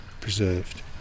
preserved